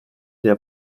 der